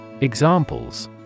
Examples